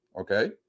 okay